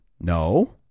No